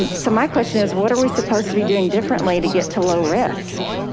um so my question is what are we supposed to be doing differently to get to low risk?